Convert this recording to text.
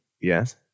Yes